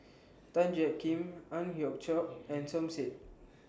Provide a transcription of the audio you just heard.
Tan Jiak Kim Ang Hiong Chiok and Som Said